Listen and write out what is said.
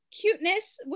cuteness